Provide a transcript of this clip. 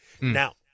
Now